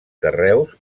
carreus